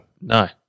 No